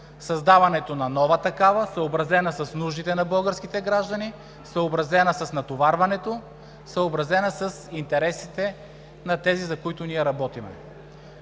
създаването на нова такава, съобразена с нуждите на българските граждани, съобразена с натоварването, съобразена с интересите на тези, за които ние работим.